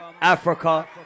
Africa